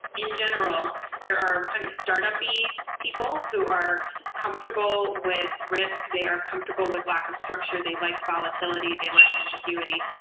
in general, there are kind of startup-y people who are comfortable with risk. they are comfortable with lack of structure. they like volatility. they like ambiguity.